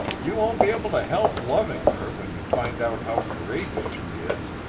you won't be able to help loving her when you find out how courageous she is,